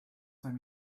saint